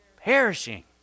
Perishing